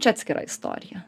čia atskira istorija